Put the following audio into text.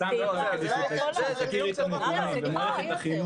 במערכת החינוך